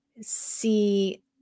see